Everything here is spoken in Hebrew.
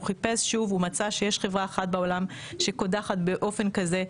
הוא חיפש שוב והוא מצא שיש חברה אחת בעולם שקודחת באופן כזה.